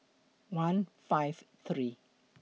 one five three